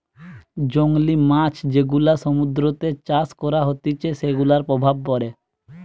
জংলী মাছ যেগুলা সমুদ্রতে চাষ করা হতিছে সেগুলার প্রভাব পড়ে